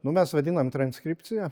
nu mes vadinam transkripcija